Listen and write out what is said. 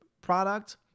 product